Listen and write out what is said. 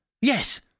Yes